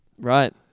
Right